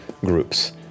groups